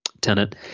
tenant